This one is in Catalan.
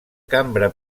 cambra